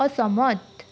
असहमत